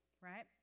right